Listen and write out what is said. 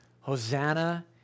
Hosanna